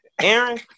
Aaron